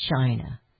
China